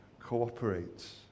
cooperates